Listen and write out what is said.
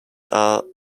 are